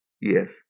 Yes